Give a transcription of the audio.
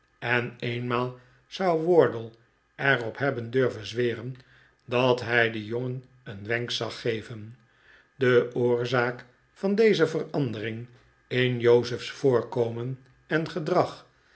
en eehmaal zou wardle er op hebben durven zweren dat hij den jongen een wenk zag geven de oorzaak van deze verandering in jozefs voorkomen en gedrag